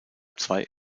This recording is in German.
zwei